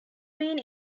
been